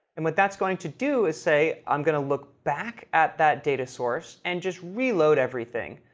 and what that's going to do is say i'm going to look back at that data source and just reload everything.